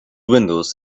windows